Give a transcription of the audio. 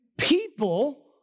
people